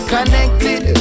Connected